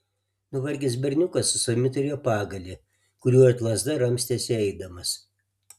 nuvargęs berniukas su savimi turėjo pagalį kuriuo it lazda ramstėsi eidamas